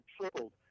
tripled